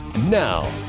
Now